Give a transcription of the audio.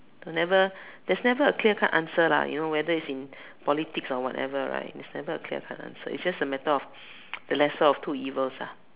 never there is never a clear cut answer lah you know whether it is in politics or whatever right there is a never a clear cut answer it is just a matter of the lesser of two evils ah